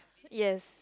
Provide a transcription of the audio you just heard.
yes